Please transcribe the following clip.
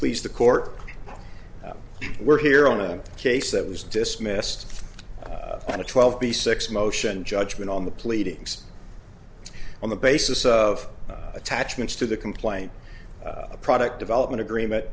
please the court we're here on a case that was dismissed on a twelve b six motion judgment on the pleadings on the basis of attachments to the complaint a product development agreement